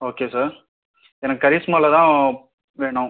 okay sir எனக்கு கரிஷ்மாவில் தான் வேணும்